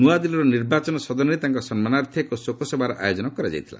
ନ୍ନଆଦିଲ୍ଲୀର ନିର୍ବାଚନ ସଦନରେ ତାଙ୍କ ସମ୍ମାନାର୍ଥେ ଏକ ଶୋକସଭାର ଆୟୋଜନ କରାଯାଇଥିଲା